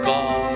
God